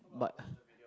but